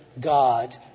God